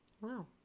Wow